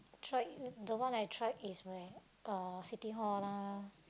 tried the one I tried is my uh City-Hall lah